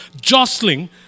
jostling